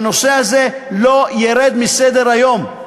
שהנושא הזה לא ירד מסדר-היום.